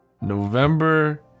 November